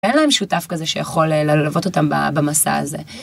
אין להם שותף כזה שיכול ללוות אותם במסע הזה.